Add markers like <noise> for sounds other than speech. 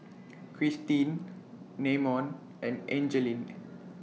<noise> Christene Namon and Angeline